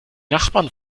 nachbarn